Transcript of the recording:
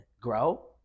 grow